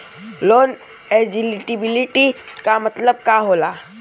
Loan eligibility का मतलब का होला?